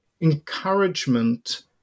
encouragement